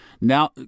Now